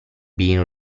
been